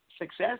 success